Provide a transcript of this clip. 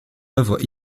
œuvres